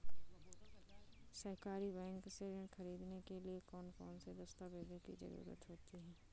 सहकारी बैंक से ऋण ख़रीदने के लिए कौन कौन से दस्तावेजों की ज़रुरत होती है?